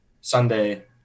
Sunday